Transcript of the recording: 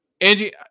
Angie